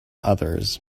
others